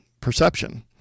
perception